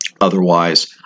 Otherwise